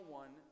one